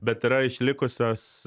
bet yra išlikusios